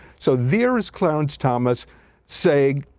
so there is clarence thomas saying,